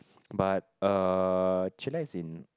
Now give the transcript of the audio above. but uh chillax in